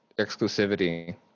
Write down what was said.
exclusivity